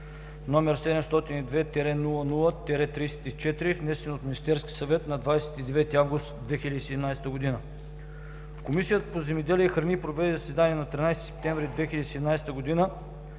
г., № 702-00-34, внесен от Министерския съвет на 29 август 2017 г. Комисията по земеделието и храните проведе заседание на 13 септември 2017 г., на